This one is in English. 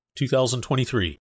2023